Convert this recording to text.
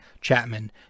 Chapman